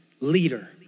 leader